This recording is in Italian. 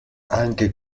anche